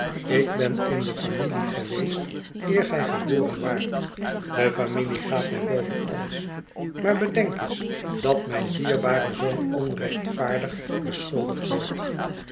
ik ben in de familie geweest eer gij geboren waart de familie gaat mij boven alles maar bedenk eens dat mijn dierbare zoon onrechtvaardig beschuldigd wordt